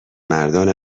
مردان